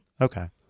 Okay